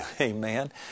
amen